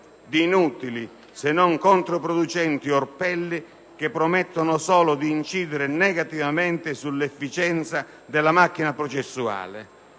di inutili, se non controproducenti orpelli che promettono solo di incidere negativamente sull'efficienza della macchina processuale».